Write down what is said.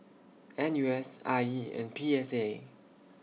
N U S I E and P S A